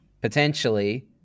potentially